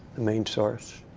a main source.